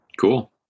Cool